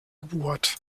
geburt